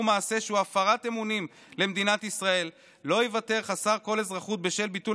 מעשה שהוא הפרת אמונים למדינת ישראל לא ייוותר חסר כל אזרחות בשל ביטול